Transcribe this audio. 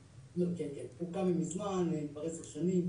פורקה ממזמן, כבר עשר שנים.